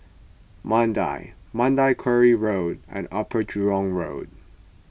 Mandai Mandai Quarry Road and Upper Jurong Road